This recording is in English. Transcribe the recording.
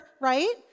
right